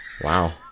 wow